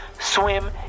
swim